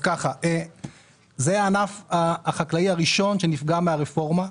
זה הענף החקלאי הראשון שנפגע מהרפורמה.